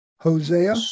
Hosea